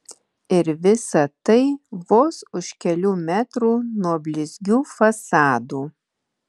ir visa tai vos už kelių metrų nuo blizgių fasadų